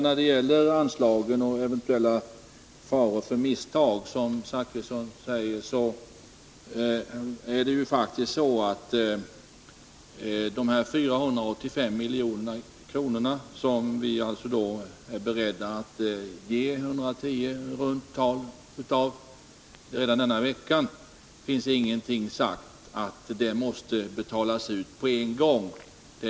När det gäller anslagen och eventuella faror för misstag, som Bertil Zachrisson talar om, så finns det faktiskt ingenting sagt om att dessa 485 milj.kr., av vilka vi nu är beredda att ge i runt tal 110 milj.kr. redan denna vecka, måste ut på en gång.